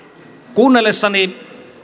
kuunnellessani